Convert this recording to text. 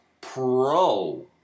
pro